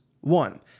One